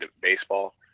baseball